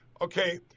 okay